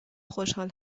خوشحال